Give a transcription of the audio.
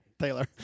Taylor